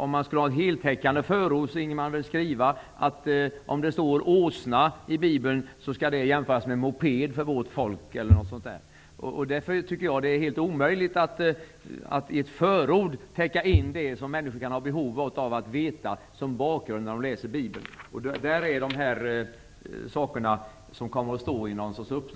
Om man skall ha ett heltäckande förord finge man väl skriva att om det står åsna i Bibeln skall det jämföras med moped i våra dagar. Det är därför helt omöjligt att i ett förord täcka in vad människor kan ha behov av att veta som bakgrund när de läser Bibeln. Därför är